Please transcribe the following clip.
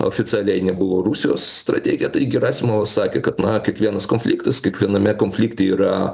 oficialiai nebuvo rusijos strategija tai gerasimovas sakė kad na kiekvienas konfliktas kiekviename konflikte yra